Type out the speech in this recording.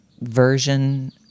version